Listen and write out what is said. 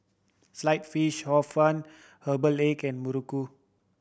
Sliced Fish Hor Fun herbal egg and muruku